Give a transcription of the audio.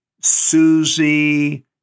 Susie